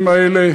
האנשים האלה,